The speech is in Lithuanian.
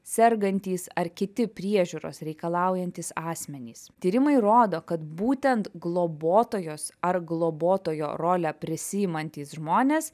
sergantys ar kiti priežiūros reikalaujantys asmenys tyrimai rodo kad būtent globotojos ar globotojo rolę prisiimantys žmonės